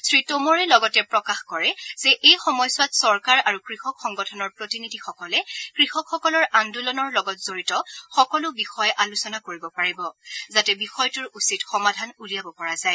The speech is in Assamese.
শ্ৰীটোমৰে লগতে প্ৰকাশ কৰে যে এই সময়ছোৱাত চৰকাৰ আৰু কৃষক সংগঠনৰ প্ৰতিনিধিসকলে কৃষকসকলৰ আন্দোলনৰ লগত জড়িত সকলো বিষয় আলোচনা কৰিব পাৰিব যাতে বিষয়টোৰ উচিত সমাধান উলিয়াব পৰা যায়